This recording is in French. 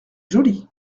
joli